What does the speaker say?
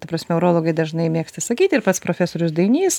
ta prasme urologai dažnai mėgsta sakyti ir pats profesorius dainys